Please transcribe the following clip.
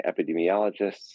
epidemiologists